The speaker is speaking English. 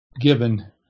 given